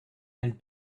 and